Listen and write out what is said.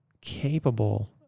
capable